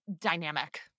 dynamic